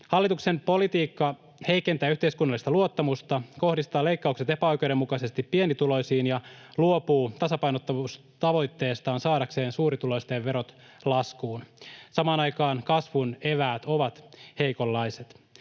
Hallituksen politiikka heikentää yhteiskunnallista luottamusta, kohdistaa leikkaukset epäoikeudenmukaisesti pienituloisiin ja luopuu tasapainottamistavoitteestaan saadakseen suurituloisten verot laskuun. Samaan aikaan kasvun eväät ovat heikonlaiset.